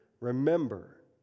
remember